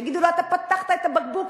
יגידו לו: אתה פתחת את הבקבוק,